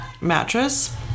mattress